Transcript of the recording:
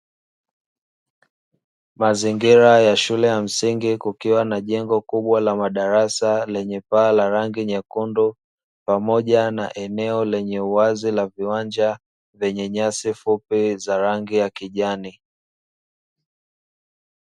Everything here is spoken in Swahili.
Mazingira ya shule ya msingi kukiwa na jengo kubwa la madarasa lenye paa la rangi nyekundu, pamoja na eneo lenye uwazi la viwanja vyenye nyasi fupi za rangi ya kijani.